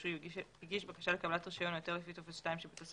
הרישוי והגיש בקשה לקבלת רישיון או היתר לפי טופס 2 שבתוספת